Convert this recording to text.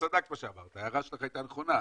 ההערה שלך הייתה נכונה.